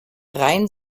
rein